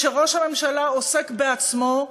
כשראש הממשלה עוסק בעצמו,